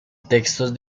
textos